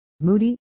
moody